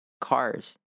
Cars